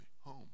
home